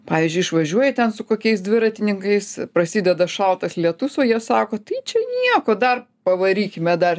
pavyzdžiui išvažiuoji ten su kokiais dviratininkais prasideda šaltas lietus o jie sako tai čia nieko dar pavarykime dar